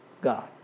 God